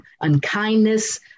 unkindness